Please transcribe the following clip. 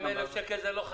המליצה או קבעה לתת גז